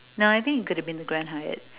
no I think it could have been the grand hyatt